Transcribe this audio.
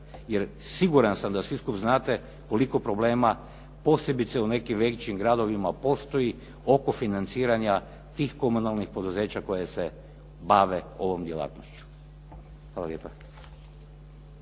jer siguran sam da svi skupa znate koliko problema posebice u nekim većim gradovima postoji oko financiranja tih komunalnih poduzeća koje se bave ovom djelatnošću. Hvala lijepa.